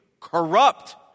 corrupt